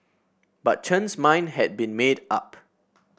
but Chen's mind had been made up